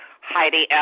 Heidi